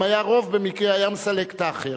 אם היה רוב במקרה היה מסלק את האחר.